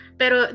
pero